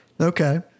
okay